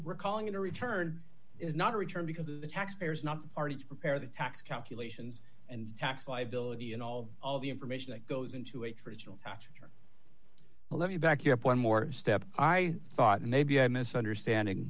recalling a return is not a return because of the taxpayers not the party to prepare the tax calculations and tax liability and all of the information that goes into a traditional tax return well let me back you up one more step i thought maybe i'm misunderstanding